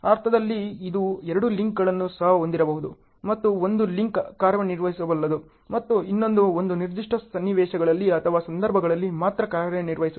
ಅರ್ಥದಲ್ಲಿ ಇದು ಎರಡು ಲಿಂಕ್ಗಳನ್ನು ಸಹ ಹೊಂದಬಹುದು ಮತ್ತು ಒಂದು ಲಿಂಕ್ ಕಾರ್ಯನಿರ್ವಹಿಸಬಲ್ಲದು ಮತ್ತು ಇನ್ನೊಂದು ಒಂದು ನಿರ್ದಿಷ್ಟ ಸನ್ನಿವೇಶಗಳಲ್ಲಿ ಅಥವಾ ಸಂದರ್ಭಗಳಲ್ಲಿ ಮಾತ್ರ ಕಾರ್ಯನಿರ್ವಹಿಸುತ್ತದೆ